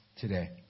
today